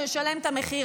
שישלם את המחיר,